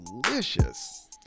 delicious